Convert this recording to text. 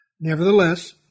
Nevertheless